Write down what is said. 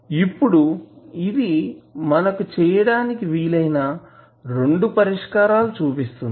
ఇప్పుడు ఇది మనకు చేయడానికి వీలైన రెండు పరిష్కారాలు చూపిస్తుంది